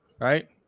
right